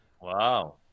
Wow